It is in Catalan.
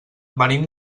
venim